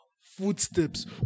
footsteps